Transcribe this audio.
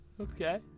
Okay